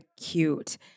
cute